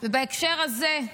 בהקשר הזה,